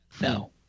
no